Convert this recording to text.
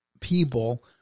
people